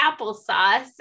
applesauce